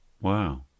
Wow